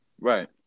Right